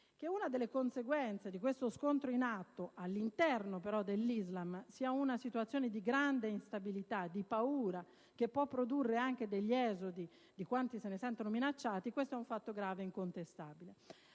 Che una delle conseguenze di questo scontro in atto, all'interno però dell'Islam, sia una situazione di grande instabilità, di paura, che può produrre anche degli esodi di quanti si sentano minacciati, è un fatto grave e incontestabile.